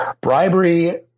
Bribery